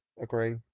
agree